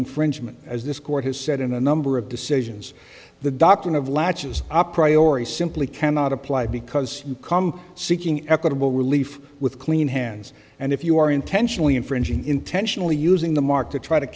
infringement as this court has said in a number of decisions the doctrine of latches up priority simply cannot apply because you come seeking equitable relief with clean hands and if you are intentionally infringing intentionally using the mark to try to